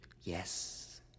Yes